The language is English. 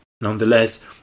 Nonetheless